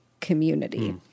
community